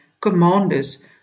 commanders